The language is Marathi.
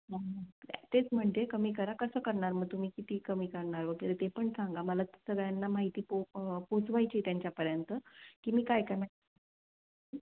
ह तेच म्हणते कमी करा कसं करणार मग तुम्ही किती कमी करणार वगैरे ते पण सांगा मला सगळ्यांना माहिती पो पोचवायची त्यांच्यापर्यंत की मी काय काय